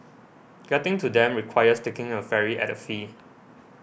getting to them requires taking a ferry at a fee